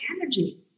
energy